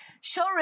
Sure